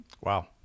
Wow